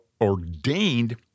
ordained